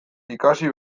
ikasi